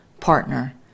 Partner